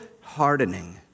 hardening